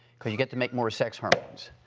cause you get to make more sex hormones.